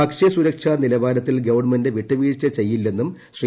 ഭക്ഷ്യസുരക്ഷ നിലവാരത്തിൽ ഗവൺമെന്റ് വിട്ടുവീഴ്ച ചെയ്യില്ലെന്നും ശ്രീ